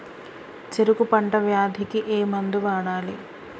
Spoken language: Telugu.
చెరుకు పంట వ్యాధి కి ఏ మందు వాడాలి?